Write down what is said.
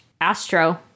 astro